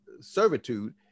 servitude